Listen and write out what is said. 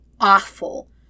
awful